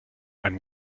einem